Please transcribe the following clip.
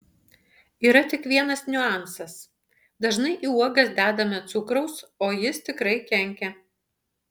yra tik vienas niuansas dažnai į uogas dedame cukraus o jis tikrai kenkia